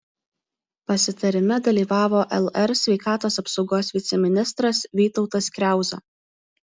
pasitarime dalyvavo lr sveikatos apsaugos viceministras vytautas kriauza